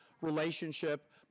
relationship